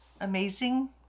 Amazing